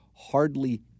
hardly